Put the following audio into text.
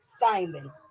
Simon